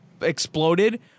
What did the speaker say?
exploded